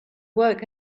work